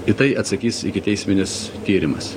į tai atsakys ikiteisminis tyrimas